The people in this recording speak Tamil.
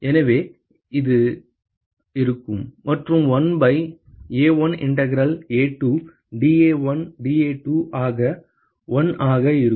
எனவே அது இருக்கும் மற்றும் 1 by A1 integral A2 dA1 dA2 ஆக 1 ஆக இருக்கும்